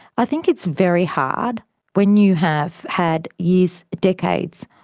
i think it's very hard when you have had years, decades,